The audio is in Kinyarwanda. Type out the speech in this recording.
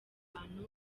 abantu